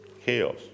chaos